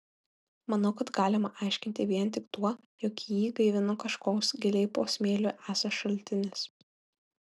manau kad galima aiškinti vien tik tuo jog jį gaivino kažkoks giliai po smėliu esąs šaltinis